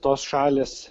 tos šalys